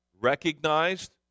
recognized